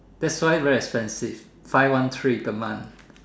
that's why very expensive five one three per month